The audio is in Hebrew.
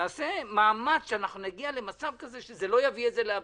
נעשה מאמץ שנגיע למצב כזה שזה לא יביא את זה לאבסורד.